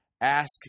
ask